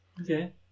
Okay